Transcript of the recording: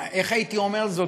איך הייתי אומר זאת,